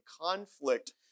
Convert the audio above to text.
conflict